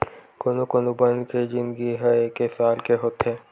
कोनो कोनो बन के जिनगी ह एके साल के होथे